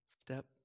step